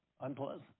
unpleasant